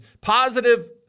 positive